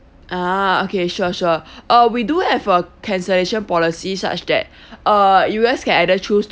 ah okay sure sure uh we do have a cancellation policies such that uh you guys can either choose